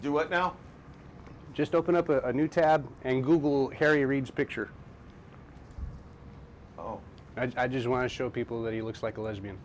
it now just open up a new tab and google harry reid's picture oh i just want to show people that he looks like a lesbian